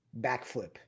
backflip